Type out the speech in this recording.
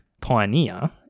Pioneer